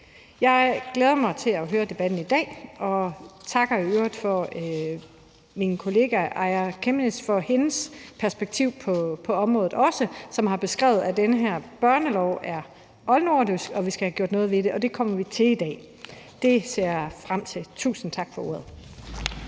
Jeg glæder mig til at høre debatten i dag og takker i øvrigt også min kollega Aaja Chemnitz for hendes perspektiv på området, som har beskrevet, at den her børnelov er oldnordisk, og at vi skal have gjort noget ved det, og det kommer vi til i dag. Det ser jeg frem til. Tusind tak for ordet.